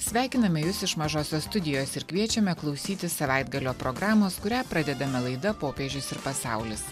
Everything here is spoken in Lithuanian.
sveikiname jus iš mažosios studijos ir kviečiame klausytis savaitgalio programos kurią pradedame laida popiežius ir pasaulis